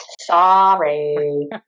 Sorry